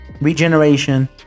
Regeneration